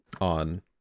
on